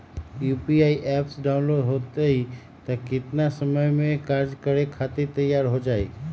UPI app download होई त कितना समय मे कार्य करे खातीर तैयार हो जाई?